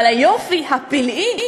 אבל היופי הפלאי,